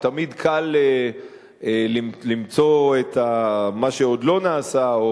שתמיד קל למצוא את מה שעוד לא נעשה,